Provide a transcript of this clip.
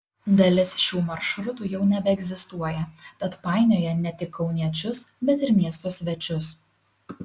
dalis šių maršrutų jau nebeegzistuoja tad painioja ne tik kauniečius bet ir miesto svečius